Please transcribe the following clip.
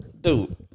Dude